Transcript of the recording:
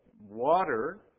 Water